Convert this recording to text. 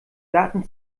daten